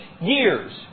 years